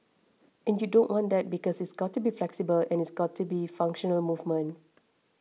and you don't want that because it's got to be flexible and it's got to be functional movement